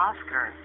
Oscar